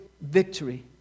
victory